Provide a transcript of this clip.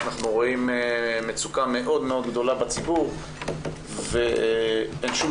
אנחנו רואים מצוקה מאוד מאוד גדולה בציבור ואין שום